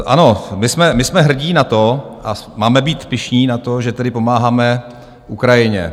Ano, my jsme hrdí na to a máme být pyšní na to, že tedy pomáháme Ukrajině.